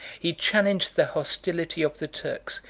he challenged the hostility of the turks,